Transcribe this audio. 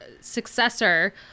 successor